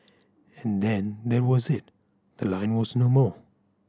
and then that was it the line was no more